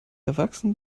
erwachsen